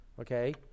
okay